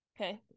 Okay